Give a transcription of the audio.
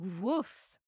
woof